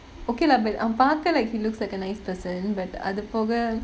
okay lah but அவன் பார்க்க:avan paarkka like he looks like a nice person but அது போக:athu poga